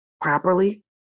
properly